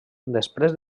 després